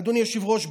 אדוני היושב-ראש,